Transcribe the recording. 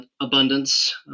abundance